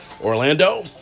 Orlando